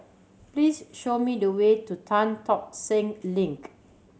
please show me the way to Tan Tock Seng Link